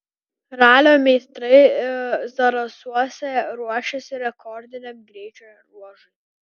ralio meistrai zarasuose ruošiasi rekordiniam greičio ruožui